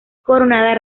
coronada